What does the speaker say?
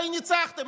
הרי ניצחתם,